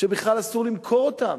שבכלל אסור למכור אותם,